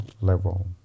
level